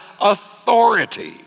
authority